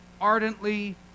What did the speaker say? ardently